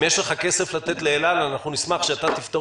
אם יש לך כסף לתת לאל-על אנחנו נשמח שאתה תפתור